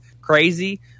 crazy